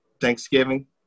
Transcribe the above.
Thanksgiving